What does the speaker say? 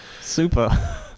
super